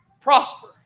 prosper